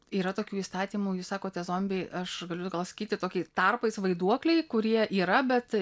yra tokių įstatymų jūs sakote zombiai aš galiu pasakyti tokį tarpais vaiduokliai kurie yra bet